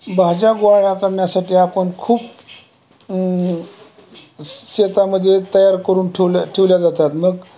भाज्या गोळा करण्यासाठी आपण खूप शेतामध्ये तयार करून ठेवल्या ठेवल्या जातात मग